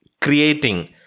creating